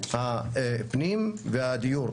הפנים והדיור.